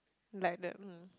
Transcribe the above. like that mm